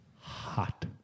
hot